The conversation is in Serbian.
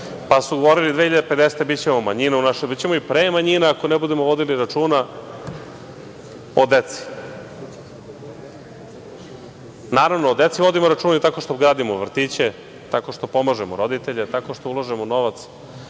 su da ćemo 2050. biti manjina, bićemo i pre manjina ako ne budemo vodili računa o deci. Naravno, o deci vodimo računa tako što gradimo vrtiće, tako što pomažemo roditelje, tako što ulažemo novac